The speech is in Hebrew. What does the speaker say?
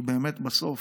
כי באמת, בסוף,